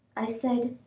i said,